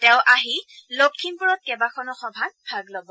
তেওঁ আহি লখিমপূৰত কেইবাখনো সভাত ভাগ লব